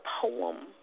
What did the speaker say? poem